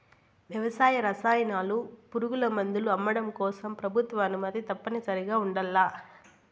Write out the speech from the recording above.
వ్యవసాయ రసాయనాలు, పురుగుమందులు అమ్మడం కోసం ప్రభుత్వ అనుమతి తప్పనిసరిగా ఉండల్ల